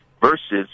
Versus